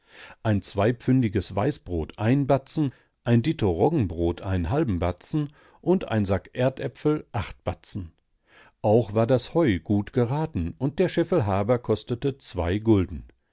ein zweipfündiges weißbrot einen batzen ein ditto roggenbrot einen halben batzen und ein sack erdäpfel acht batzen auch war das heu gut geraten und der scheffel haber kostete zwei gulden